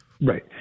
Right